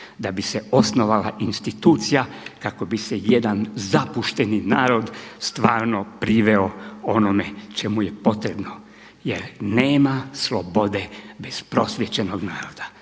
da bi se osnovala institucija kako bi se jedan zapušteni narod stvarno priveo onome čemu je potrebno jer nema slobode bez prosvjećenog naroda.